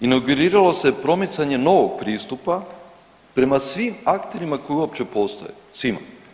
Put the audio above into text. Inauguriralo se promicanje novog pristupa prema svim akterima koji uopće postoje, svima.